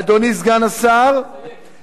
אדוני סגן השר, תסיים, תסיים.